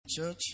church